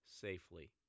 safely